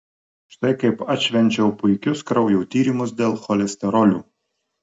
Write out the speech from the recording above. štai kaip atšvenčiau puikius kraujo tyrimus dėl cholesterolio